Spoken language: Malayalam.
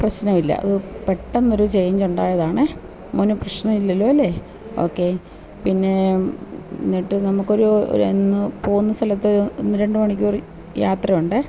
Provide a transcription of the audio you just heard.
പ്രശ്നമില്ല അത് പെട്ടന്ന് ഒരു ചേഞ്ച് ഉണ്ടായതാണ് മോന് പ്രശ്നമില്ലല്ലോ അല്ലെ ഓക്കേ പിന്നെ എന്നിട്ട് നമുക്ക് ഒരു ഇന്ന് പോകുന്ന സ്ഥലത്ത് ഒന്ന് രണ്ട് മണിക്കൂർ യാത്ര ഉണ്ട്